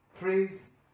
praise